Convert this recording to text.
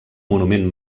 monument